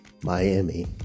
miami